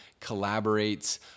collaborates